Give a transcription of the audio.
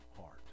heart